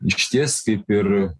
išties kaip ir